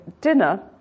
dinner